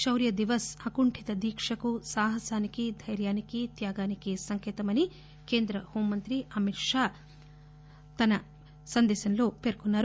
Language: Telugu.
శౌర్య దివస్ అకుంఠిత దీక్షకు సాహసానికి దైర్యానికి త్యాగానికి సంకేతమని హోంమంత్రి అమిత్ షా తన సందేశంలో పేర్కొన్నారు